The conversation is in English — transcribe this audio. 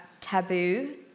taboo